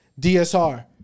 DSR